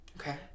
Okay